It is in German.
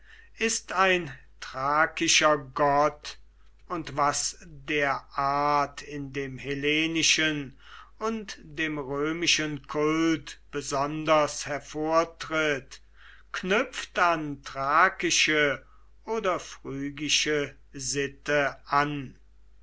ist ein thrakischer gott und was der art in dem hellenischen und dem römischen kult besonders hervortritt knüpft an thrakische oder phrygische sitte an